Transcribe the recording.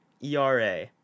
ERA